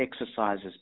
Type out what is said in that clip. exercises